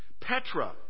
Petra